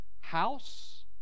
house